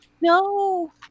No